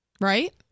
Right